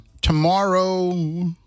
tomorrow